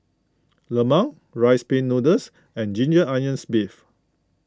Lemang Rice Pin Noodles and Ginger Onions Beef